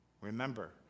Remember